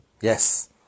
Yes